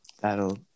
that'll